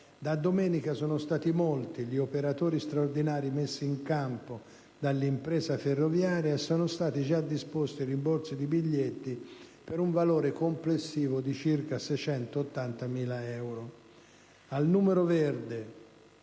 da domenica sono stati molti gli operatori straordinari messi in campo dall'impresa ferroviaria e sono stati già disposti rimborsi di biglietti, per un valore complessivo di circa 680.000 euro.